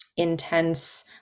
intense